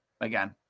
again